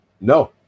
No